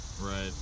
right